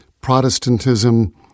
Protestantism